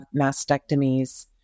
mastectomies